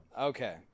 Okay